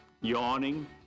yawning